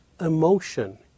emotion